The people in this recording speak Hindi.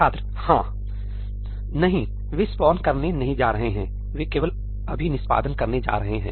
छात्र हां नहीं वे स्पान करने नहीं जा रहे हैं वे केवल अभी निष्पादन करने जा रहे हैं